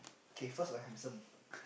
okay first I'm handsome